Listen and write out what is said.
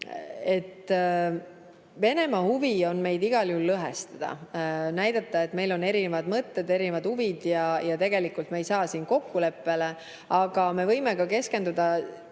Venemaa huvi on meid igal juhul lõhestada, näidata, et meil on erinevad mõtted ja erinevad huvid ning et tegelikult me ei saa siin kokkuleppele. Aga me võime keskenduda